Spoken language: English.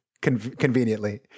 conveniently